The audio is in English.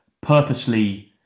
purposely